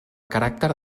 caràcter